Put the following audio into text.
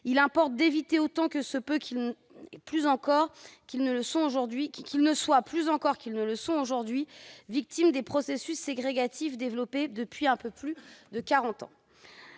il importe d'éviter qu'ils ne soient, plus encore qu'ils ne le sont aujourd'hui, victimes des processus ségrégatifs développés depuis un peu plus de quarante